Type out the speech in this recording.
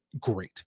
great